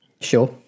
sure